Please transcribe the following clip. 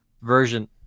version